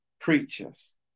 preachers